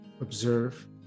observe